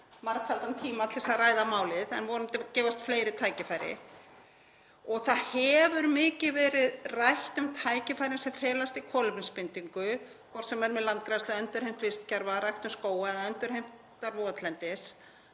margfaldan tíma til að ræða málið, en vonandi gefast fleiri tækifæri til þess. Það hefur mikið verið rætt um tækifærin sem felast í kolefnisbindingu, hvort sem er með landgræðslu og endurheimt vistkerfa, ræktun skóga eða endurheimt votlendis.